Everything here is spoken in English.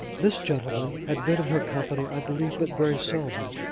this gentleman had been in her company, i believe, but very seldom,